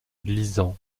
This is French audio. lisant